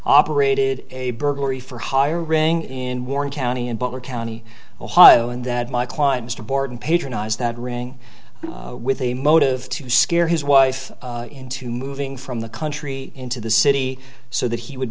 operated a burglary for hire ring in warren county in butler county ohio and that my client mr borden patronize that ring with a motive to scare his wife into moving from the country into the city so that he would